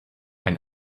ein